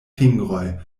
fingroj